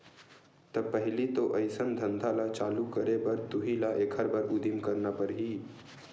त पहिली तो अइसन धंधा ल चालू करे बर तुही ल एखर बर उदिम करना परही